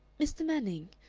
mr. manning,